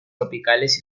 tropicales